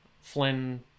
flynn